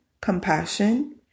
compassion